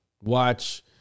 watch